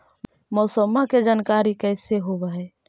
मौसमा के जानकारी कैसे होब है?